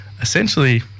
essentially